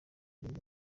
nibwo